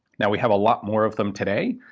now we have a lot more of them today.